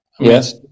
yes